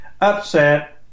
upset